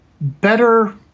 better